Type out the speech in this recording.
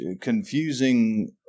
confusing